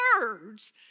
words